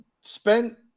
spent